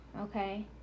okay